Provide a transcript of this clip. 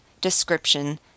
description